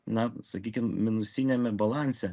na sakykim minusiniame balanse